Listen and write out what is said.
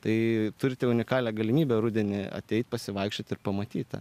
tai turite unikalią galimybę rudenį ateit pasivaikščioti ir pamatyti